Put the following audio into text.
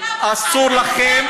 אסור לכם.